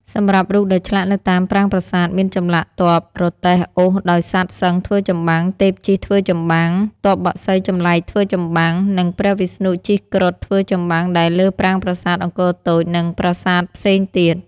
សម្រាប់់រូបដែលឆ្លាក់នៅតាមប្រាង្គប្រាសាទមានចម្លាក់ ទ័ពរទេះអូសដោយសត្វសិង្ហធ្វើចម្បាំង ទេពជិះធ្វើចម្បាំង ទ័ពបក្សីចម្លែកធ្វើចម្បាំង និងព្រះវិស្ណុជិះគ្រុឌធ្វើចម្បាំងដែលលើប្រាង្គប្រាសាទអង្គរតូចនិងប្រាសាទផ្សេងទៀត។